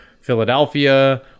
Philadelphia